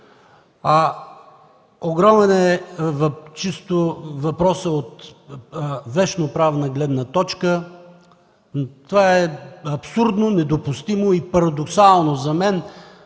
Огромен е въпросът от вещноправна гледна точка. Това е абсурдно, недопустимо и парадоксално за мен